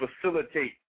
facilitate